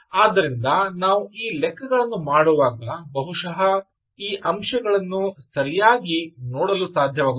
ಆದ್ದರಿಂದ ನಾವು ಈ ಲೆಕ್ಕಗಳನ್ನು ಮಾಡುವಾಗ ಬಹುಶಃ ಈ ಅಂಶಗಳನ್ನು ಸರಿಯಾಗಿ ನೋಡಲು ಸಾಧ್ಯವಾಗುತ್ತದೆ